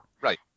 Right